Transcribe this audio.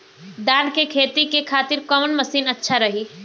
धान के खेती के खातिर कवन मशीन अच्छा रही?